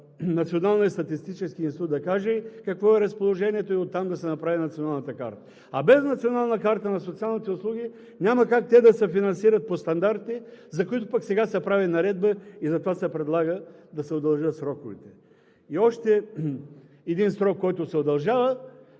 Националният статистически институт да каже какво е разположението и оттам да се направи Националната карта. А без Национална карта на социалните услуги няма как те да се финансират по стандарти, за които пък сега се прави наредба и затова се предлага да се удължат сроковете. И още един срок, който се удължава.